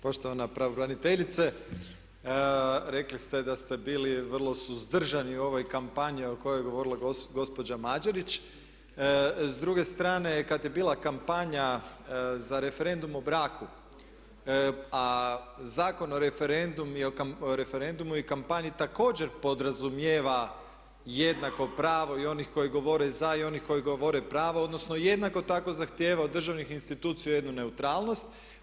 Poštovana pravobraniteljice, rekli ste da ste bili vrlo suzdržani u ovoj kampanji o kojoj je govorila gospođa Mađerić, s druge strane kad je bila kampanja za referendum o braku a Zakon o referendumu i kampanji također podrazumijeva jednako pravo i onih koji govore za i onih koji govore pravo, odnosno jednako tako zahtijevaju od državnih institucija jednu neutralnost.